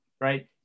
Right